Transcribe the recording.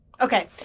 Okay